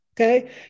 okay